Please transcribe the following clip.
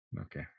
Okay